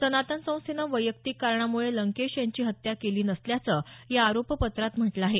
सनातन संस्थेनं वैयक्तिक कारणामुळे लंकेश यांनी हत्या केली नसल्याचं या आरोपपत्रात म्हटलं आहे